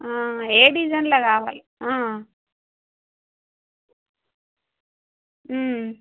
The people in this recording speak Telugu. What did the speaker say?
ఏ డిజైన్లో కావాలి